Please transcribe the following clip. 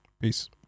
peace